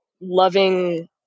loving